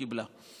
קיבלה,